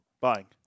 Buying